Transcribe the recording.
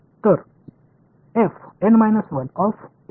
எனவே நான் உங்களுக்கு N நோட்ஸ்களை கொடுத்துள்ளேன்